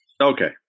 Okay